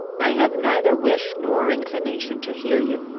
i have neither wish nor inclination to hear you.